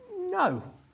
No